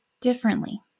differently